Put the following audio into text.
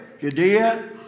Judea